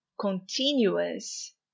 continuous